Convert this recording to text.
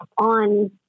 on